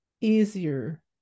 easier